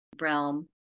realm